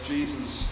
Jesus